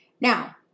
Now